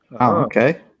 okay